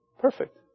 perfect